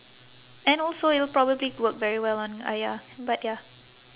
and also it will probably work very well on ayah but ya